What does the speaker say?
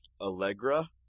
Allegra